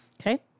Okay